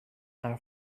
are